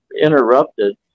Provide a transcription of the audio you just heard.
interrupted